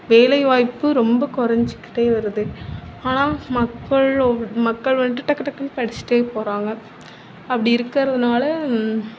வேலை வாய்ப்பு ரொம்ப கொறஞ்சிக்கிட்டு வருது ஆனால் மக்கள் மக்கள் வந்துட்டு டக்கு டக்குன்னு படிச்சிட்டு போகிறாங்க அப்படி இருக்கறதனால்